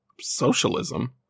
socialism